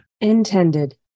Intended